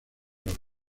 los